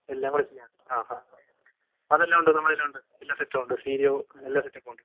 എല്ലാം കൂടെച്ചെയ്യാന് ആഹാ അതെല്ലാം ഉണ്ട് നമ്മളെല്ലാം ഉണ്ട് എല്ലാ സെറ്റും ഉണ്ട് സ്റ്റീരിയോ എല്ലാ സെറ്റപ്പും ഉണ്ട്